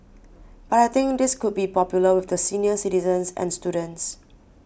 but I think this could be popular with the senior citizens and students